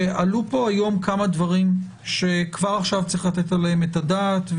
שעלו פה היום כמה דברים שכבר עכשיו צריך לתת עליהם את הדעת.